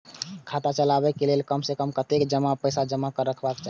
खाता चलावै कै लैल कम से कम कतेक पैसा जमा रखवा चाहि